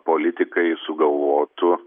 politikai sugalvotų